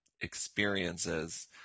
experiences